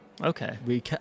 Okay